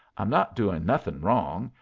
i'm not doing nothing wrong,